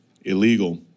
illegal